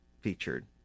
featured